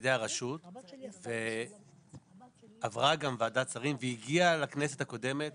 ידי הרשות ועברה גם ועדת שרים והגיעה לכנסת הקודמת.